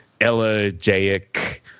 elegiac